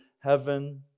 heaven